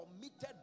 committed